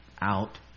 out